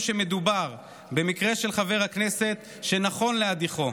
שמדובר במקרה של חבר הכנסת שנכון להדיחו,